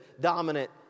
dominant